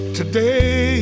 today